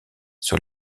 sur